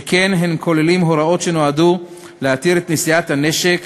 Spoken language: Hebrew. שכן הם כוללים הוראות שנועדו להתיר את נשיאת הנשק